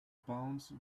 pounds